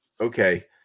okay